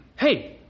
Hey